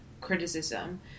criticism